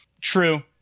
true